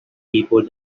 keyboard